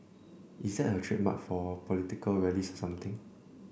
is that her trademark for political rallies or something